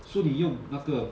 so 你用那个